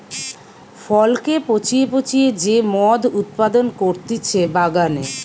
ফলকে পচিয়ে পচিয়ে যে মদ উৎপাদন করতিছে বাগানে